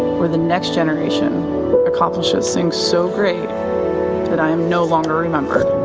where the next generation accomplishes things so great that i am no longer remembered.